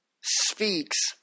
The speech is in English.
speaks